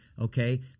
okay